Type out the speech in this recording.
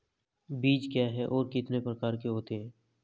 बीज क्या है और कितने प्रकार के होते हैं?